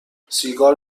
سیگار